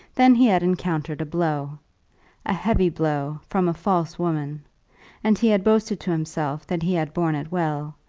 then he had encountered a blow a heavy blow from a false woman and he had boasted to himself that he had borne it well,